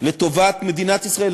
לטובת מדינת ישראל,